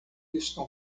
estão